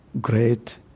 great